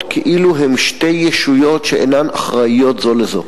כאילו הם שתי ישויות שאינן אחראיות זו לזו,